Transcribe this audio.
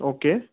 okay